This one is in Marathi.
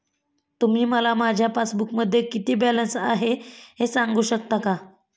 तुम्ही मला माझ्या पासबूकमध्ये किती बॅलन्स आहे हे सांगू शकता का?